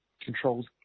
controls